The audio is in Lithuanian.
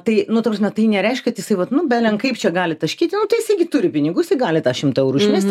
tai nu ta prasme tai nereiškia kad jisai vat nu belen kaip čia gali taškyti nu tai jisai gi turi pinigų jisai gali tą šimtą eurų išmesti